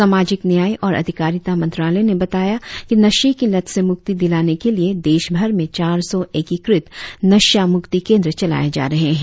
सामाजिक न्याय और आधिकारिता मंत्रालय ने बताया कि नशे की लत से मुक्ति दिलाने के लिए देशभर में चार सौ एकीकृत नशा मुक्ति केंद्र चलाए जा रहे है